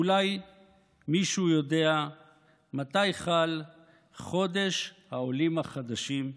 אולי מישהו יודע מתי חל חודש העולים החדשים,